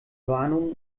warnungen